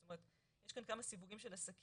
זאת אומרת, יש כאן כמה סווגים של עסקים,